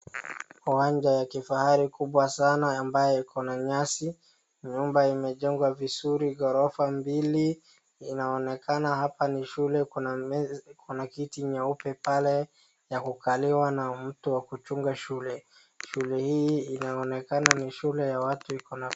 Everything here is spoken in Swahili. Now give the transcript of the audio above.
Uwanja ya kihafari kubwa sana ambayo iko na nyasi nyumba imejengwa vizuri ghorofa mbili inaonekana hapa ni shule kuna kiti nyeupe pale ya kukaliwa na mtu wa kuchunga shule. Shule hii inaonekana ni shule ya watu iko na,,,,,,,,